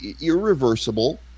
irreversible